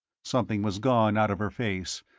something was gone out of her face,